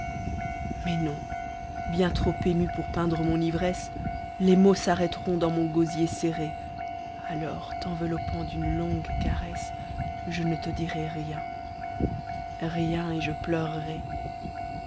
mais non bien trop ému pour peindre mon ivresse les mots s'arrêteront dans mon gosier serré alors t'cnveloppant d'une longue caresse je ne te dirai rien rien et je pleurerai